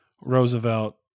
Roosevelt